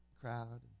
crowd